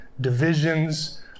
divisions